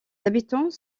habitants